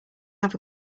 have